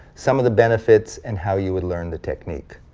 some of the benefits, and how you would learn the technique.